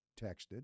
texted